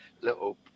little